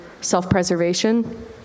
self-preservation